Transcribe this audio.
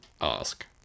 ask